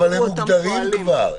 אבל הם מוגדרים כבר.